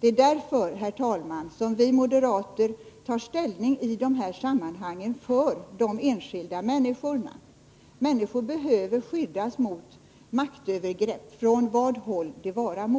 Det är därför, herr talman, som vi moderater i dessa sammanhang tar ställning för de enskilda människorna. Människor behöver skydd mot maktövergrepp, från vad håll det vara må.